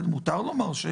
מותר לומר.